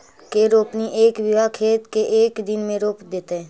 के रोपनी एक बिघा खेत के एक दिन में रोप देतै?